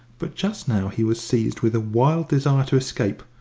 but just now he was seized with a wild desire to escape,